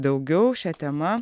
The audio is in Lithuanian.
daugiau šia tema